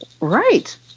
Right